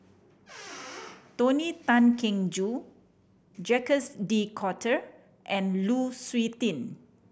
Tony Tan Keng Joo Jacques De Coutre and Lu Suitin